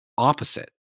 opposite